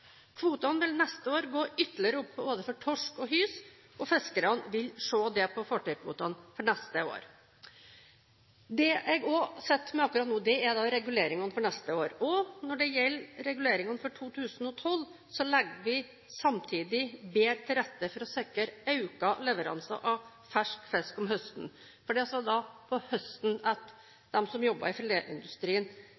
Kvotene vil neste år gå ytterligere opp både for torsk og hyse, og fiskerne vil se det på fartøykvotene for neste år. Det jeg også sitter med akkurat nå, er reguleringene for neste år. Og når det gjelder reguleringene for 2012, legger vi samtidig bedre til rette for å sikre økt leveranse av fersk fisk om høsten. Det er på høsten at